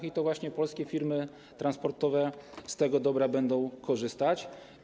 I to właśnie polskie firmy transportowe z tego dobra będą korzystać.